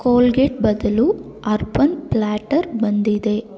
Colgate ಬದಲು Urban Platter ಬಂದಿದೆ